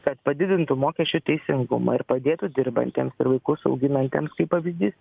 kad padidintų mokesčių teisingumą ir padėtų dirbantiems ir vaikus auginantiems kaip pavyzdys